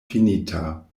finita